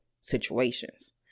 situations